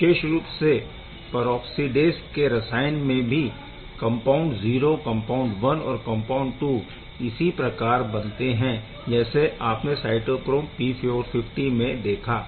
विशेष रूप से परऑक्सीडेस के रसायन में भी कम्पाउण्ड 0 कम्पाउण्ड 1 और कम्पाउण्ड 2 इसी प्रकार बनते है जैसे आपने साइटोक्रोम P450 में देखा